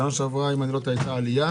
שנה שעברה, אם אני לא טועה, הייתה עלייה.